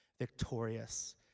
victorious